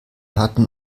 hatten